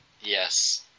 Yes